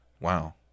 Wow